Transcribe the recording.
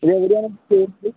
ഇതെവിടെയാണ് place